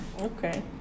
Okay